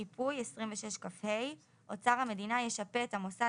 שיפוי 26כה. אוצר המדינה ישפה את המוסד